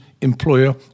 employer